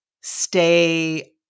stay